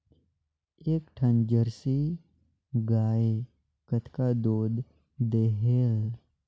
एक ठन जरसी गाय कतका दूध देहेल?